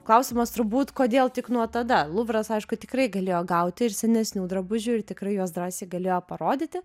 klausimas turbūt kodėl tik nuo tada luvras aišku tikrai galėjo gauti ir senesnių drabužių ir tikrai juos drąsiai galėjo parodyti